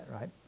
right